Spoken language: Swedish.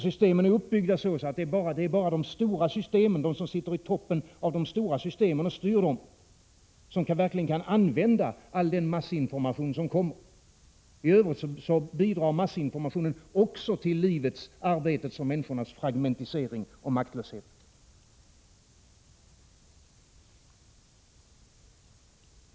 Systemen är nämligen så uppbyggda att det bara är de som sitter i toppen av de stora systemen och styr dessa som verkligen kan använda all den massinformation som kommer. I övrigt bidrar massinformationen också till livets, arbetets och människornas fragmentering och maktlöshet.